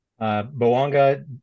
Boanga